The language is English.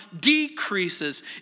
decreases